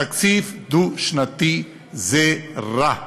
תקציב דו-שנתי זה רע למשק,